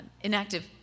inactive